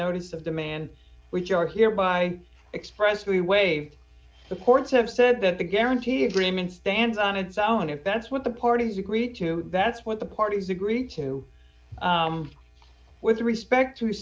notice of demand which are hereby expressed we waived support have said that the guarantee agreement stands on its own if that's what the parties agreed to that's what the parties agreed to with respect to